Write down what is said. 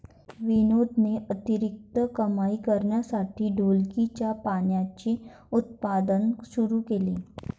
विनोदने अतिरिक्त कमाई करण्यासाठी ढोलकीच्या पानांचे उत्पादन सुरू केले